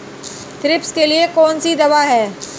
Thrips के लिए कौन सी दवा है?